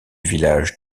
village